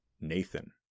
Nathan